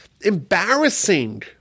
embarrassing